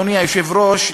אדוני היושב-ראש,